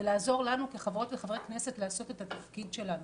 ולעזור לנו כחברות וחברי כנסת לעשות את התפקיד שלנו.